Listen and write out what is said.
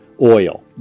Oil